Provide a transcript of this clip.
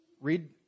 read